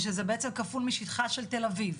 שזה בעצם כפול משטחה של תל אביב.